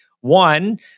one